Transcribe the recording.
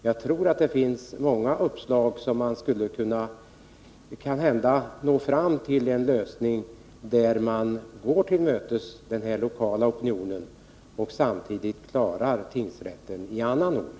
Jag tror att det finns många uppslag som skulle kunna leda fram till en lösning som innebär att man går till mötes den lokala opinionen och samtidigt klarar tingsrättens lokalisering i annan ordning.